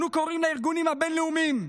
אנו קוראים לארגונים הבין-לאומיים: